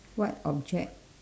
what object